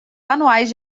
anuais